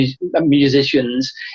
musicians